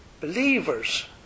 believers